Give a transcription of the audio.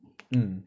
mm